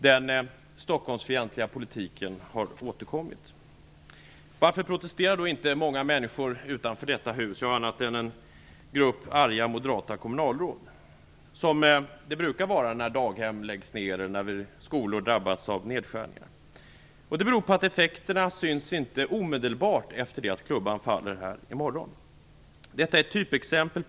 Den Stockholmsfientliga politiken har återkommit. Varför protesterar då inte människor, annat än en grupp arga moderata kommunalråd, utanför detta hus? Det brukar man ju göra när daghem läggs ned eller när skolor drabbas av nedskärningar. Det beror på att effekterna inte syns omedelbart efter det att klubban faller i morgon. Detta beslut är ett typexempel.